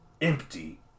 empty